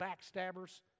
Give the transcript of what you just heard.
backstabbers